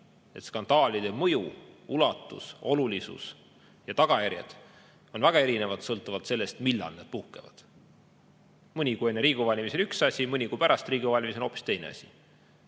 et skandaalide mõju, ulatus, olulisus ja tagajärjed on väga erinevad sõltuvalt sellest, millal need puhkevad – mõni kuu enne Riigikogu valimisi on üks asi, mõni kuu pärast Riigikogu valimisi on hoopis teine asi.5%